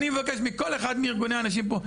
אני מבקש מכל אחד מארגוני הנשים פה,